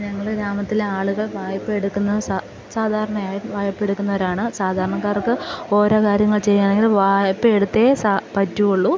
ഞങ്ങളുടെ ഗ്രാമത്തിലെ ആളുകൾ വായ്പ് എടുക്കുന്ന സാധാരണയായി വായ്പ എടുക്കുന്നവരാണ് സാധാരണക്കാർക്ക് ഓരോ കാര്യങ്ങൾ ചെയ്യുകയാണെങ്കിൽ വായ്പ എടുത്തേ സ പറ്റുകയുള്ളൂ